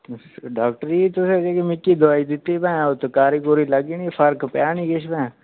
doctor ji तुसें जेह्की मिगी दोआई दित्ती भैं ओह् ते कारी कूरी लग्गी निं फर्क किश पेआ निं भैं